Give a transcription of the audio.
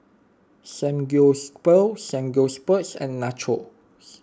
Samgyeopsal Samgyeopsal and Nachos